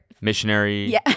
missionary